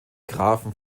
grafen